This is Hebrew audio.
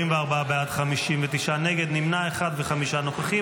44 בעד, 59 נגד, נמנע אחד וחמישה נוכחים.